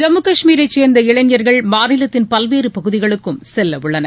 ஜம்மு காஷ்மீரைச் சேர்ந்த இந்த இளைஞர்கள் மாநிலத்தின் பல்வேறு பகுதிகளுக்கும் செல்லவுள்ளனர்